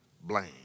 blame